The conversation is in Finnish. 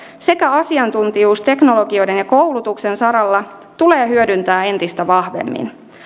sekä asiantuntijuus teknologioiden ja koulutuksen saralla tulee hyödyntää entistä vahvemmin